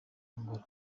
angola